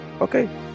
Okay